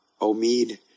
omid